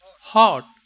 hot